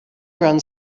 runs